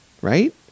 right